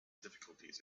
difficulties